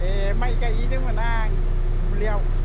ए माइ गायहैदोंमोन आं दुब्लिआव